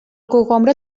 cogombre